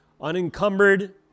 unencumbered